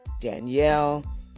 Danielle